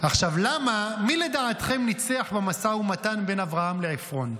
מי לדעתכם ניצח במשא ומתן בין אברהם לעפרון?